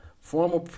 Former